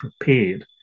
prepared